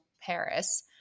paris